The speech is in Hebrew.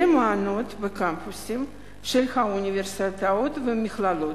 אלה מעונות בקמפוסים של האוניברסיטאות והמכללות,